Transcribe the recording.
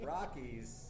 Rockies